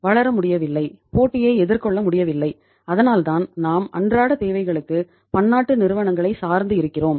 வளர முடியவில்லை போட்டியை எதிர்கொள்ள முடியவில்லை அதனால்தான் நாம் அன்றாட தேவைகளுக்கு பன்னாட்டு நிறுவனங்களை சார்ந்து இருக்கிறோம்